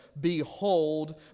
Behold